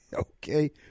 Okay